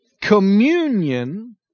Communion